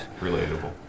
Relatable